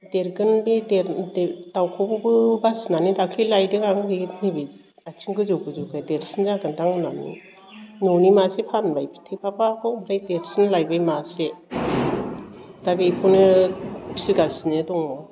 देरगोन बे दाउखौबो बासिनानै दाख्लै लायदों आरो बे नैबे आथिं गोजौ गोजौखाय देरसिन जागोनदां होन्नानै न'नि मासे फानबाय थेफाफाखौ ओमफ्राय देरसिन लायबाय मासे दा बेखौनो फिगासिनो दङ